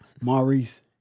Maurice